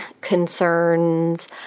concerns